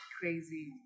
crazy